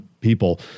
people